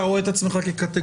אתה רואה את עצמך כקטגור?